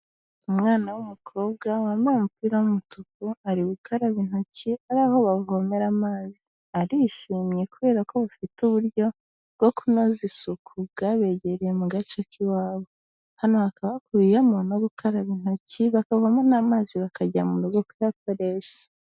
umwana w'umukobwa wambaye umupira w'umutuku, ari gukaraba intoki ari aho bavomera amazi, arishimye kubera ko bafite uburyo bwo kunoza isuku bwabegereye mu gace k'iwabo, hano hakaba hakubiyemo no gukaraba intoki bakavoma n'amazi bakayajyana mu rugo bakayakoresha.